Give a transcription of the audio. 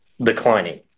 declining